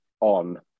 on